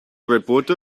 reporter